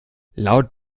laut